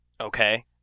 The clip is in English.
Okay